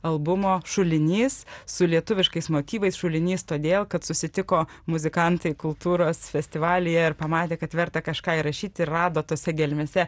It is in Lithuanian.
albumo šulinys su lietuviškais motyvais šulinys todėl kad susitiko muzikantai kultūros festivalyje ir pamatė kad verta kažką įrašyti rado tose gelmėse